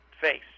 face